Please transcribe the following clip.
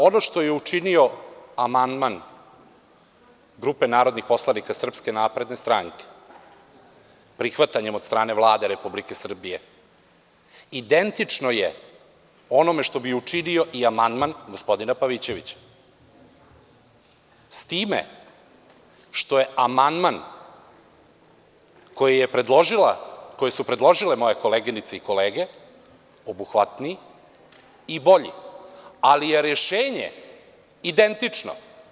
Ono što je učinio amandman grupe narodnih poslanika SNS, prihvatanjem od strane Vlade Republike Srbije, identično je onome što bi učinio i amandman gospodina Pavićevića, s time, što je amandman koji su predložile moje koleginice i kolege, obuhvatniji i bolji, ali je rešenje identično.